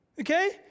Okay